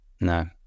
no